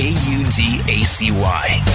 A-U-D-A-C-Y